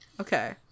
Okay